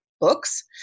books